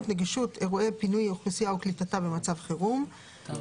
(נגישות אירועי פינוי אוכלוסייה וקליטתה במצב חירום),]התשפ"ב-2022.